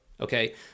okay